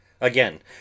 Again